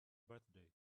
birthday